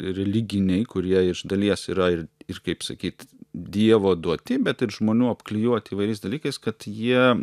religiniai kurie iš dalies yra ir ir kaip sakyt dievo duoti bet ir žmonių apklijuoti įvairiais dalykais kad jie